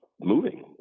moving